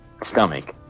stomach